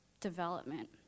development